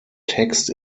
text